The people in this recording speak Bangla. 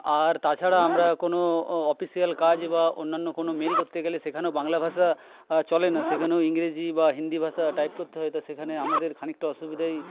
আর তাছাড়া আমরা কোনো অফিসিয়াল কাজ বা অন্যান্য কোনো মেল করতে গেলে সেখানেও বাংলা ভাষা চলে না সেখানেও ইংরেজি বা হিন্দি ভাষা টাইপ করতে হয় তো সেখানে আমাদের খানিকটা অসুবিধায়